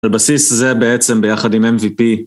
בבסיס זה בעצם ביחד עם MVP